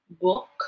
book